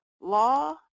law